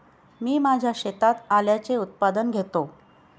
मी माझ्या शेतात आल्याचे उत्पादन घेतो